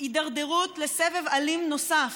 הידרדרות לסבב אלים נוסף.